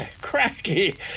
Cracky